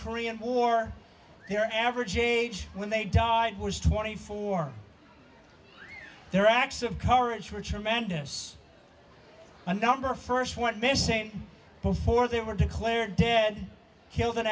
korean war their average age when they died was twenty four their acts of courage were tremendous the number first went missing before they were declared dead killed